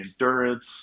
endurance